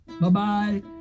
Bye-bye